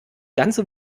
ganze